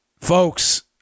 folks